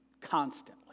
constantly